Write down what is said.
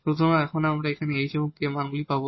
সুতরাং এখানে আমরা এখন h এবং k এর মানগুলি পাবো